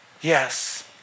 Yes